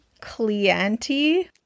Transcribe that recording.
cliente